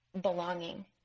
belonging